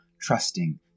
trusting